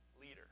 leader